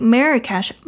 Marrakesh